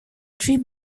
tree